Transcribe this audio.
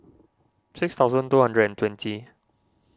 six thousand two hundred and twenty